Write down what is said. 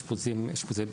אשפוזי בית,